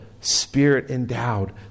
spirit-endowed